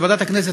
בוועדת הכנסת,